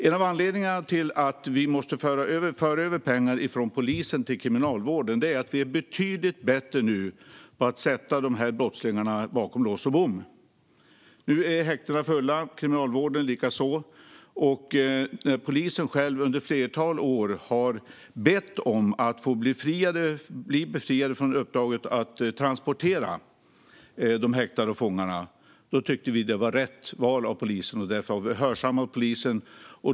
En av anledningarna till att vi måste föra över pengar från polisen till Kriminalvården är att man nu är betydligt bättre på att sätta brottslingarna bakom lås och bom. Nu är häktena fulla, likaså inom övriga delar av Kriminalvården. Polisen har själv under ett flertal år bett om att bli befriad från uppdraget att transportera häktade och fångar. Vi tyckte att det var rätt val av polisen. Därför har vi hörsammat det.